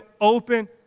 open